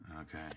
Okay